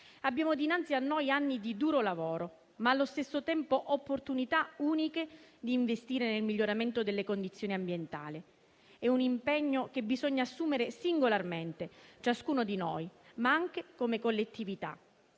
Abbiamo dinanzi a noi anni di duro lavoro, ma allo stesso tempo opportunità uniche di investire nel miglioramento delle condizioni ambientale. È un impegno che ciascuno di noi deve assumere singolarmente, ma anche come collettività.